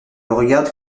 regarde